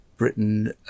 Britain